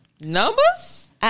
Numbers